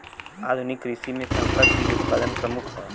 आधुनिक कृषि में संकर बीज उत्पादन प्रमुख ह